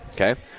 okay